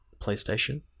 PlayStation